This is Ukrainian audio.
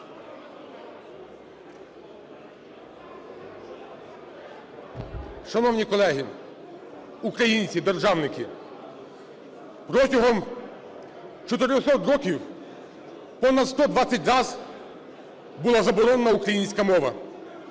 Шановні колеги, українці, державники! Протягом 400 років понад 120 раз була заборонена українська мова.